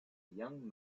young